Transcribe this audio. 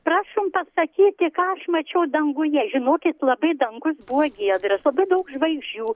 prašom pasakyti ką aš mačiau danguje žinokit labai dangus buvo giedras labai daug žvaigždžių